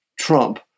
Trump